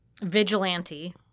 vigilante